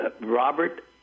Robert